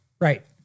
right